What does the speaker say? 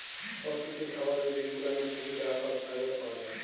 পরকিতির খাবারের বিজগুলানের থ্যাকে যা সহব ফাইবার পাওয়া জায়